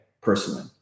personally